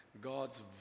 God's